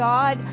God